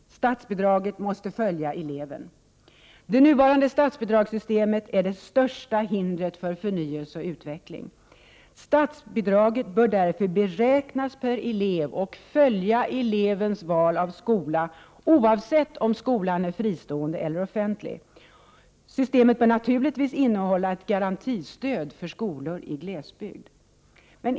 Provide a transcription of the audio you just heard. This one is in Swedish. Statsbidraget måste följa eleven. Det nuvarande statsbidragssystemet är det största hindret för förnyelse och utveckling. Statsbidragen bör därför beräknas per elev och följa elevens val av skola oavsett om skolan är fristående eller offentlig. Systemet bör naturligtvis innehålla ett garantistöd för skolor i glesbygd.